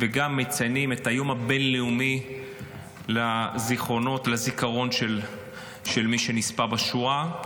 וגם את היום הבין-לאומי לזיכרון של מי שנספה בשואה.